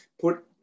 put